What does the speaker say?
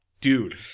Dude